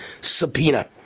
subpoena